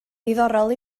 ddiddorol